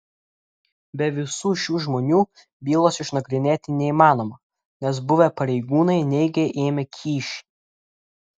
be visų šių žmonių bylos išnagrinėti neįmanoma nes buvę pareigūnai neigia ėmę kyšį